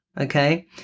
Okay